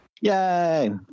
Yay